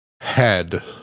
Head